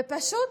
ופשוט